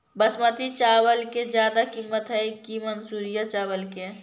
बासमती चावल के ज्यादा किमत है कि मनसुरिया चावल के?